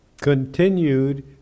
Continued